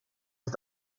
ist